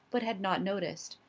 but had not noticed.